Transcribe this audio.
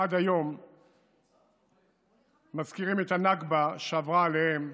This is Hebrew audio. עד היום מזכירים את הנכבה שעברה עליהם